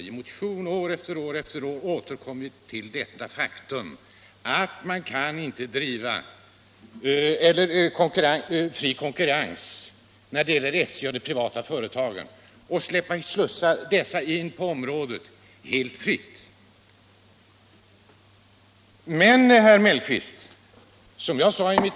I motion år efter år kom vi till detta faktum att man inte kan ha fri konkurrens när det gäller SJ och de privata företagen, så att de senare får agera helt fritt.